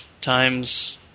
times